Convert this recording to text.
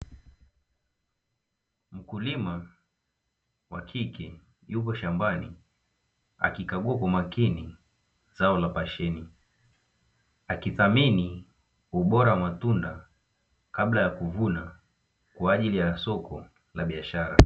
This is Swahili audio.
Mkulima wa kike yupo shambani, akikagua kwa makini zao la pasheni, akithamini ubora wa matunda kabla ya kuvuna kwa ajili ya soko la biashara.